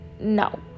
no